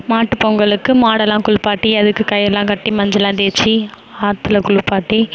மாட்டுப் பொங்கலுக்கு மாடெல்லாம் குளிப்பாட்டி அதுக்கு கயிறுலாம் கட்டி மஞ்சள்லாம் தேய்ச்சி ஆற்றில் குளிப்பாட்டி